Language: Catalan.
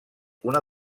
una